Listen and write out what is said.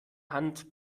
hand